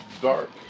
dark